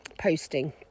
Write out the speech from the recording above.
posting